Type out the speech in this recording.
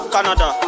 Canada